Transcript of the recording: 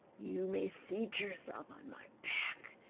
you may seat yourself on my back,